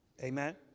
Amen